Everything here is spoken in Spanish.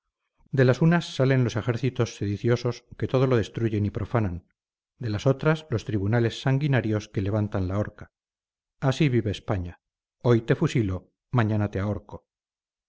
de las unas salen los ejércitos sediciosos que todo lo destruyen y profanan de las otras los tribunales sanguinarios que levantan la horca así vive españa hoy te fusilo mañana te ahorco